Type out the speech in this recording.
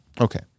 Okay